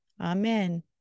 amen